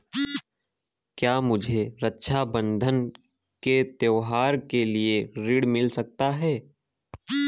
क्या मुझे रक्षाबंधन के त्योहार के लिए ऋण मिल सकता है?